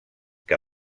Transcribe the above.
que